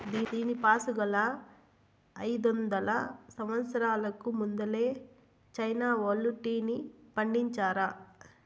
దీనిపాసుగాలా, అయిదొందల సంవత్సరాలకు ముందలే చైనా వోల్లు టీని పండించారా